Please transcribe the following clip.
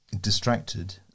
distracted